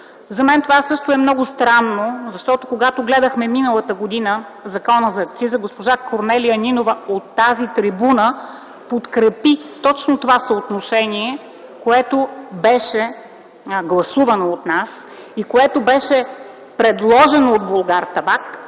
За мен това също е много странно, защото когато гледахме миналата година Закона за акциза, госпожа Корнелия Нинова от тази трибуна подкрепи точно това съотношение, което беше гласувано от нас и което беше предложено от „Булгартабак”